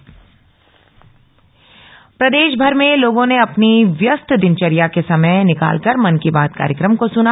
मन की बात प्रदेश प्रदेशभर में लोगों ने अपनी व्यस्त दिनचर्या से समय निकालकर मन की बात कार्यक्रम को सुना